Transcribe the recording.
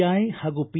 I ಹಾಗೂ P